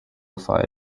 fire